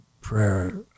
prayer